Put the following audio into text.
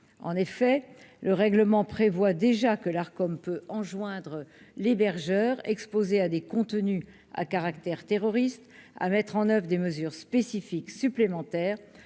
en effet, le règlement prévoit déjà que l'art comme peut enjoindre l'hébergeur exposés à des contenus à caractère terroriste à mettre en oeuvre des mesures spécifiques supplémentaires